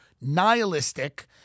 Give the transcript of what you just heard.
nihilistic